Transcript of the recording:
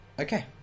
okay